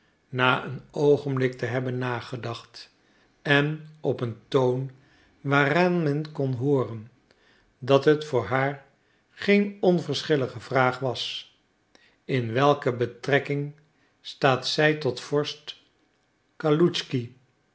na een oogenblik te hebben nagedacht en op een toon waaraan men kon hooren dat het voor haar geen onverschillige vraag was in welke betrekking staat zij tot vorst